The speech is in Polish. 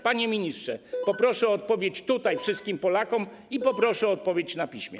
Panie ministrze, poproszę o odpowiedź tutaj wszystkim Polakom i poproszę o odpowiedź na piśmie.